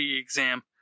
exam